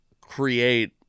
create